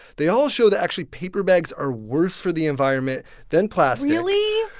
they all show that, actually, paper bags are worse for the environment than plastic really?